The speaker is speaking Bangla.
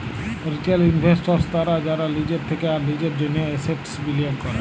রিটেল ইনভেস্টর্স তারা যারা লিজের থেক্যে আর লিজের জন্হে এসেটস বিলিয়গ ক্যরে